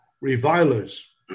revilers